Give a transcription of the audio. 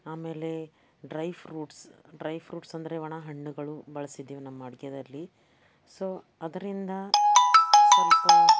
ಆಮೇಲೆ dry fruits dry fruits ಅಂದರೆ ಒಣ ಹಣ್ಣುಗಳು ಬಳಸಿದ್ದೀವಿ ನಮ್ಮ ಅಡುಗೆದಲ್ಲಿ ಸೊ ಅದರಿಂದ ಸ್ವಲ್ಪ